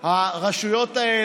רשויות,